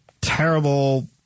Terrible